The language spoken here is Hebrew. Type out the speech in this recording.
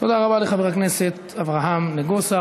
תודה רבה לחבר הכנסת אברהם נגוסה.